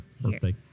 birthday